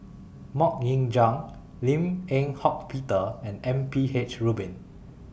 Mok Ying Jang Lim Eng Hock Peter and M P H Rubin